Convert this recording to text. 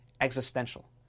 existential